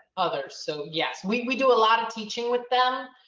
others. so yes, we do a lot of teaching with them.